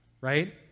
right